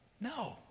No